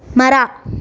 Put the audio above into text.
ಮರ